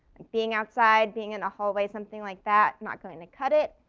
being outside, being in a hallway, something like that, not going to cut it.